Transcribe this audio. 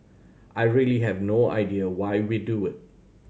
I really have no idea why we do it